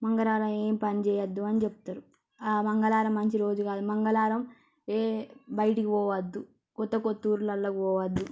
మంగరారం ఏం పని చేయొద్దు అని చెప్తారు ఆ మంగళవారం మంచి రోజు కాదు మంగళవారం ఏ బయటికి పోవద్దు కొత్త కొత్త ఊర్లల్లోకి పోవద్దు